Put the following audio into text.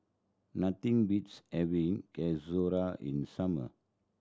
nothing beats having in summer